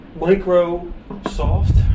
Microsoft